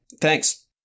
Thanks